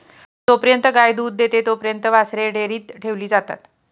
जोपर्यंत गाय दूध देते तोपर्यंत वासरे डेअरीत ठेवली जातात